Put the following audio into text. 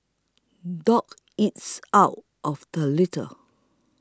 dog eats out of the litter